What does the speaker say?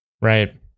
Right